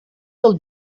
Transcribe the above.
del